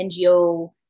NGO